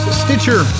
stitcher